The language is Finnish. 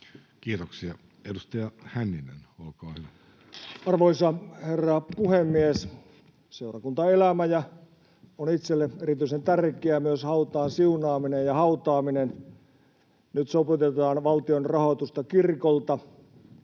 Kiitoksia. — Edustaja Hänninen, olkaa hyvä. Arvoisa herra puhemies! Seurakuntaelämä on itselleni erityisen tärkeää, myös hautaan siunaaminen ja hautaaminen. Nyt sopeutetaan valtion rahoitusta kirkolta.